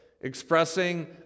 expressing